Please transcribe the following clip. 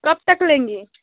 कब तक लेंगी